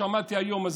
שמעתי היום,